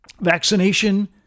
Vaccination